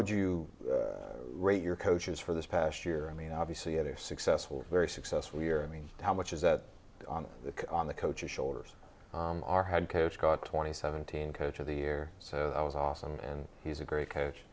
would you rate your coaches for this past year i mean obviously other successful very successful year i mean how much is that on the on the coaches shoulders our head coach got twenty seventeen coach of the year so i was awesome and he's a great coach